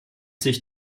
sich